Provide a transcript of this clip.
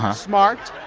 um smart,